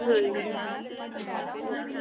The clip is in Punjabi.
ਠੀਕ ਆ ਓਕੇ ਜੀ